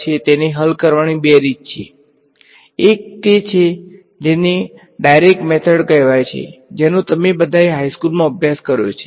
આ ઉપરાંત આ અહીંની ની એક્સ્પેશન છે તમે અહીં જોઈ શકો છો કે આ મેટ્રિક્સ એલીમેંટનુ મૂલ્યાંકન કરવા માટે તમે તમારા ગૌસ લિજેન્ડ્રે ક્વાડ્રેચરના નિયમો અથવા અન્ય કોઈપણ ક્વાડ્રેચરના નિયમોનો ઉપયોગ કરી શકો છો